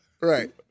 Right